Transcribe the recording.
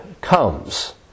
comes